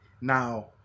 now